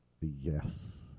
yes